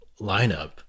lineup